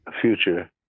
future